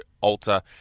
alter